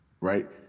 right